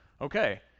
okay